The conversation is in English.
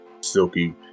Silky